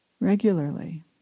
regularly